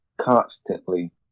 constantly